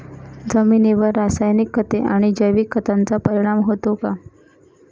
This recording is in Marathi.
जमिनीवर रासायनिक खते आणि जैविक खतांचा परिणाम होतो का?